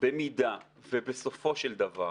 במידה ובסופו של דבר